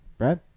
right